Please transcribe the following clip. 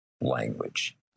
language